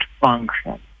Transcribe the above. function